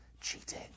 cheating